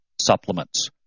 Supplements